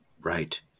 Right